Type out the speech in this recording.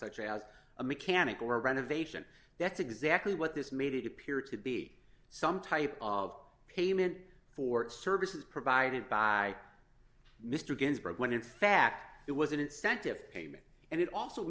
such as a mechanical renovation that's exactly what this made it appear to be some type of payment for services provided by mr ginsburg when in fact it was an incentive payment and it also